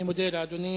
אני מודה לאדוני.